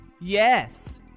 Yes